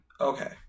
Okay